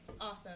Awesome